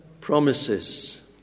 promises